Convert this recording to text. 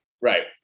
Right